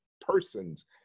persons